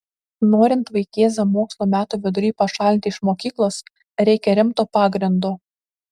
norint vaikėzą mokslo metų vidury pašalinti iš mokyklos reikia rimto pagrindo